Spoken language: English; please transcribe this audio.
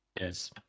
Yes